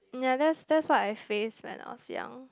ya that's that's what I face that I was young